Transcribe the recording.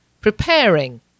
preparing